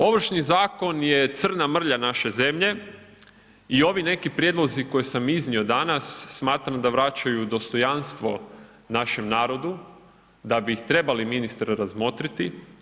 Ovršni zakon je crna mrlja naše zemlje i ovi neki prijedlozi koje sam iznio danas smatraju da vraćaju dostojanstvo našem narodu, da bi ih trebali ministre razmotriti.